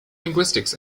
linguistics